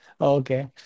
Okay